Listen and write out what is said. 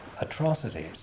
Atrocities